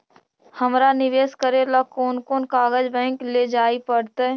हमरा निवेश करे ल कोन कोन कागज बैक लेजाइ पड़तै?